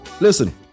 Listen